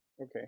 Okay